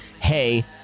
hey